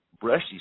brushy